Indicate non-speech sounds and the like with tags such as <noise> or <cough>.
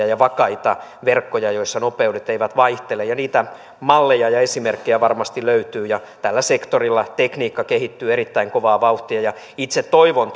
<unintelligible> ja vakaita verkkoja joissa nopeudet eivät vaihtele niitä malleja ja esimerkkejä varmasti löytyy ja tällä sektorilla tekniikka kehittyy erittäin kovaa vauhtia itse toivon <unintelligible>